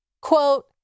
quote